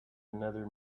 another